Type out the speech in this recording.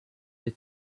the